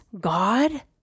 God